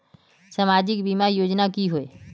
सामाजिक बीमा योजना की होय?